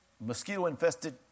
mosquito-infested